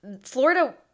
Florida